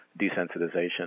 desensitization